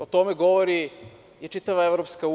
O tome govori i čitava EU.